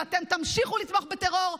ואתם תמשיכו לתמוך בטרור,